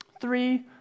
Three